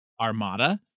armada